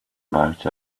about